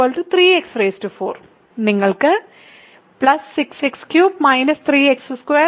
3x2 3x4 നിങ്ങൾക്ക് 6x3 3x2 ഉണ്ട്